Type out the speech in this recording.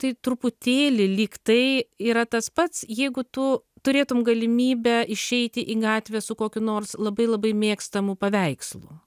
tai truputėlį lyg tai yra tas pats jeigu tu turėtum galimybę išeiti į gatvę su kokiu nors labai labai mėgstamu paveikslu